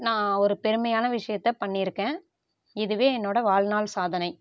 நான் ஒரு பெருமையான விஷயத்தை பண்ணியிருக்கேன் இதுவே என்னோட வாழ்நாள் சாதனை